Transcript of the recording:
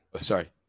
Sorry